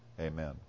amen